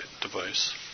device